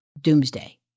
doomsday